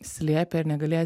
slėpę ir negalėję